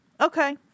Okay